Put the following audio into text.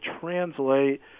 translate